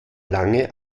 lange